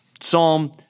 Psalm